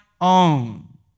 own